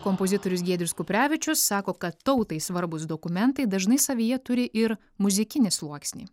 kompozitorius giedrius kuprevičius sako kad tautai svarbūs dokumentai dažnai savyje turi ir muzikinį sluoksnį